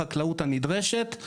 החקלאות הנדרשת,